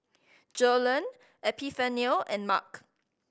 Joellen Epifanio and Marc